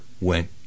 went